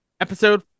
Episode